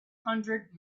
hundred